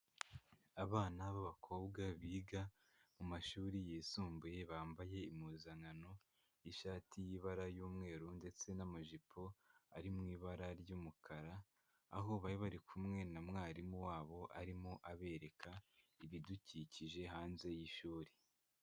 Abana b'abakobwa biga mu mashuri yisumbuye bambaye impuzankano y'ishati y'ibara ry'umweru ndetse n'amajipo ari mu ibara ry'umukara, aho bari bari kumwe na mwarimu wabo arimo abereka ibidukikije hanze y'ishuri.